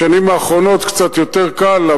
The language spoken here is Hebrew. בשנים האחרונות קצת יותר קל,